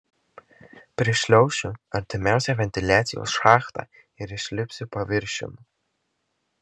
prišliaušiu artimiausią ventiliacijos šachtą ir išlipsiu paviršiun